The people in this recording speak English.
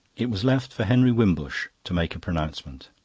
it was left for henry wimbush to make a pronouncement.